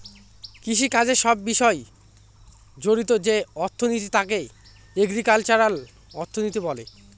কৃষিকাজের সব বিষয় জড়িত যে অর্থনীতি তাকে এগ্রিকালচারাল অর্থনীতি বলে